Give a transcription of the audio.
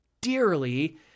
dearly